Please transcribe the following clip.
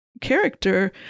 character